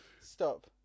Stop